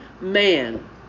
man